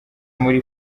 muri